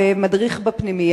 לו, מדריך בפנימייה.